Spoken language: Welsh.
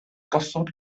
gosod